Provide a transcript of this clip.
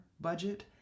budget